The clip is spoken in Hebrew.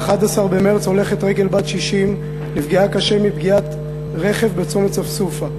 ב-11 במרס הולכת רגל בת 60 נפגעה קשה מפגיעת רכב בצומת ספסופה.